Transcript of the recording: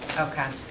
okay.